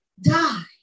die